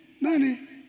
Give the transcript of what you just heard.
money